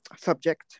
subject